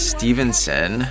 Stevenson